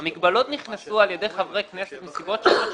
המגבלות נכנסו על ידי חברי כנסת מסיבות שונות שלא קשורות.